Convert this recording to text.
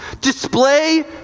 Display